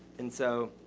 and so,